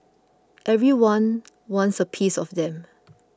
everyone wants a piece of them